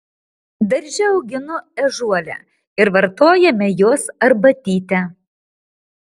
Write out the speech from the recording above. darže auginu ežiuolę ir vartojame jos arbatytę